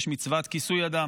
יש מצוות כיסוי הדם,